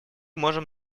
можем